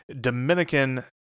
Dominican